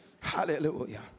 Hallelujah